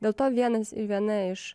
dėl to vienas viena iš